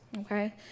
okay